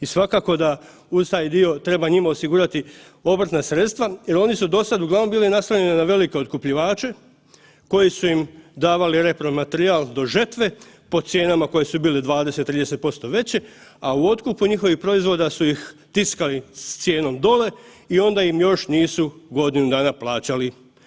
I svakako da uz taj dio treba njima osigurati obrtna sredstva jer oni su dosad uglavnom bili naslonjeni na velike otkupljivače koji su im davali repromaterijal do žetve, po cijenama koje su bile 20, 30% veće, a u otkupu njihovih proizvoda su ih tiskali s cijenom dole i onda im još nisu godinu dana plaćali.